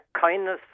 kindness